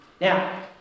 Now